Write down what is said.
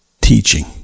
teaching